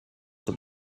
sur